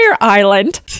Island